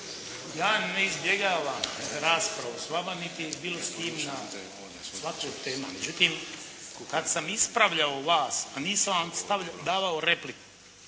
ja ne izbjegavam raspravu s vama niti bilo s kim na svaku od tema. Međutim, kada sam ispravljao vas, a nisam vam davao repliku,